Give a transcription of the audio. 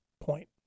point